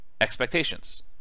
expectations